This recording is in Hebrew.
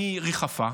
היא ריחפה,